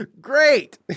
Great